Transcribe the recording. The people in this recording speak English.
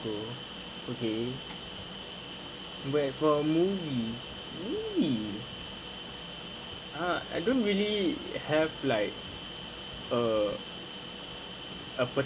okay okay but for me me ah I don't really have like a a